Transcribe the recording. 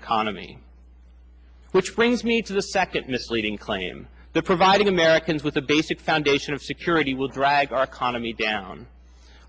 economy which brings me to the second misleading claim that providing americans with the basic foundation of security will drive our economy down